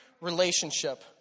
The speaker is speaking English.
relationship